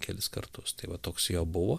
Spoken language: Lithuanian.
kelis kartus tai vat toks jo buvo